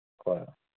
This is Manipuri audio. ꯍꯣꯏ